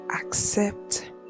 accept